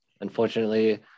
unfortunately